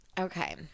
Okay